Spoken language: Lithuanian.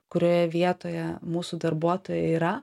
kurioje vietoje mūsų darbuotojai yra